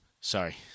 Sorry